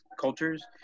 cultures